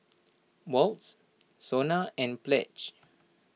Wall's Sona and Pledge